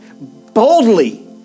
boldly